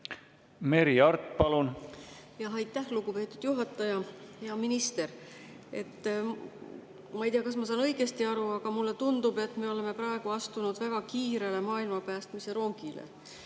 Merry Aart, palun! Aitäh, lugupeetud juhataja! Hea minister! Ma ei tea, kas ma saan õigesti aru, aga mulle tundub, et me oleme praegu astunud väga kiirele maailma päästmise rongile.